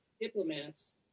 diplomats